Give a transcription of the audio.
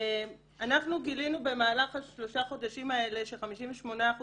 אנחנו גילינו במהלך השלושה חודשים האלה ש-58%